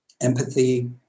empathy